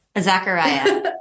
Zachariah